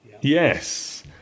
Yes